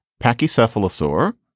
pachycephalosaur